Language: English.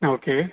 okay